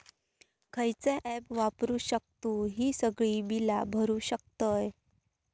खयचा ऍप वापरू शकतू ही सगळी बीला भरु शकतय?